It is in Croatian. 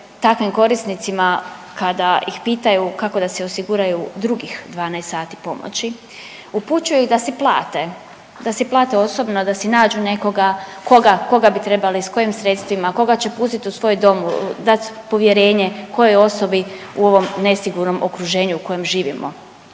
takvim korisnicima kada ih pitanju kako da si osiguraju drugih 12 sati pomoći. Upućuju ih da si plate, da si plate osobno, da si nađu nekoga. Koga, koga bi trebali, s kojim sredstvima? Koga će pustit u svoj dom, dat povjerenje, kojoj osobi u ovom nesigurnom okruženju u kojem živimo.